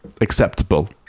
acceptable